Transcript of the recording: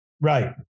Right